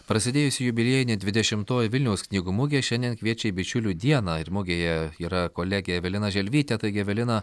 prasidėjusi jubiliejinė dvidešimtoji vilniaus knygų mugė šiandien kviečia į bičiulių dieną ir mugėje yra kolegė evelina želvytė taigi evelina